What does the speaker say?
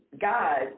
God